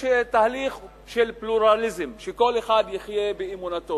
יש תהליך של פלורליזם, שכל אחד יחיה באמונתו.